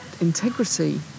integrity